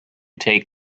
take